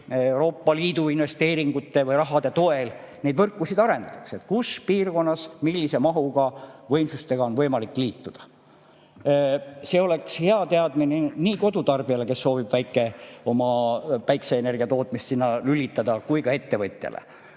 Euroopa Liidu investeeringute või raha toel, kus neid võrkusid arendatakse ja kus piirkonnas millise mahuga võimsustega on võimalik liituda. See oleks hea teadmine nii kodutarbijale, kes soovib oma päikeseenergia tootmist sinna lülitada, kui ka ettevõtjale.